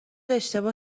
اشتباه